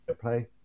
play